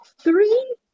three